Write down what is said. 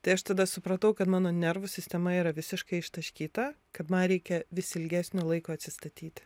tai aš tada supratau kad mano nervų sistema yra visiškai ištaškyta kad man reikia vis ilgesnio laiko atsistatyti